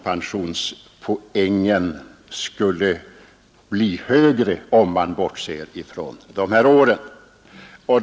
Man kan på detta sätt borträkna högst tre år.